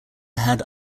had